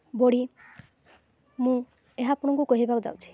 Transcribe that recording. ବଢ଼ି ମୁଁ ଏହା ଆପଣଙ୍କୁ କହିବାକୁ ଯାଉଛି